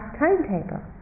timetable